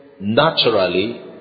naturally